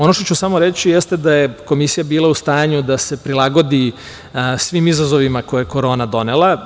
Ono što ću samo reći jeste da je Komisija bila u stanju da se prilagodi svim izazovima koje je korona donela.